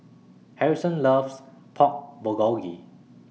Harrison loves Pork Bulgogi